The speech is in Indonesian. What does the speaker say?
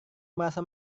merasa